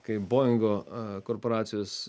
kaip boingo korporacijos